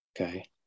okay